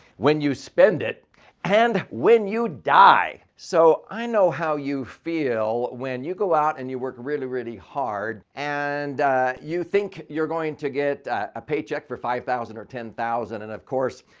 when you spend it and when you die. so, i know how you feel when you go out and you work really, really hard. and you think you're going to get a paycheck for five thousand or ten thousand. and of course,